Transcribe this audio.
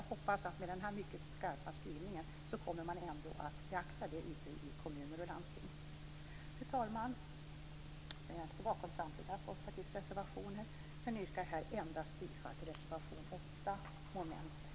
Jag hoppas att man med den här mycket skarpa skrivningen ändå kommer att beakta detta ute i kommuner och landsting. Fru talman! Jag står bakom samtliga reservationer från Folkpartiet men yrkar här bifall endast till reservation 8 under mom. 4.